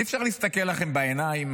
אי-אפשר להסתכל לכם בעיניים.